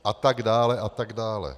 A tak dále, a tak dále.